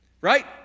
Right